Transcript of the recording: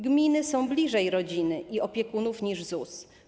Gminy są bliżej rodziny i opiekunów niż ZUS.